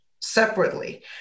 separately